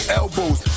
elbows